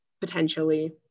potentially